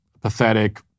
pathetic